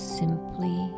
simply